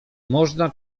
można